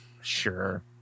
Sure